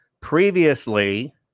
Previously